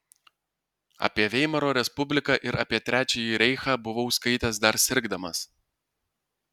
apie veimaro respubliką ir apie trečiąjį reichą buvau skaitęs dar sirgdamas